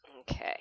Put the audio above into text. Okay